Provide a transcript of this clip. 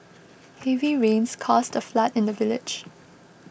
heavy rains caused a flood in the village